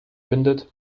bindet